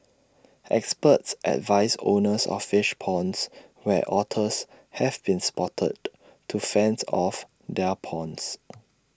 experts advise owners of fish ponds where otters have been spotted to fence off their ponds